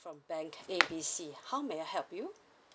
from bank A B C how may I help you